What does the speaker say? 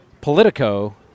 Politico